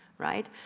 right.